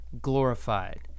glorified